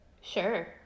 Sure